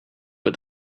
but